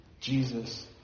Jesus